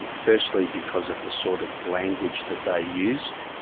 and firstly, because of the sort of language that they used,